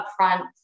upfront